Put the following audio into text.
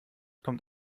kommt